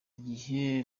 igihe